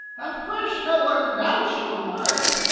of course no one doubts your word,